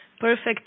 perfect